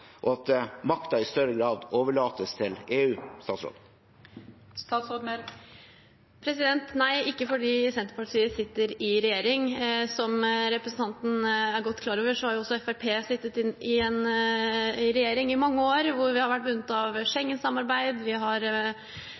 og at makten i større grad overlates til EU? Nei, ikke fordi Senterpartiet sitter i regjering. Som representanten er godt klar over, har også Fremskrittspartiet sittet i regjering i mange år hvor vi har vært bundet av Schengen-samarbeid, og vi har